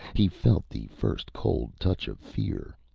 he felt the first cold touch of fear,